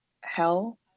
hell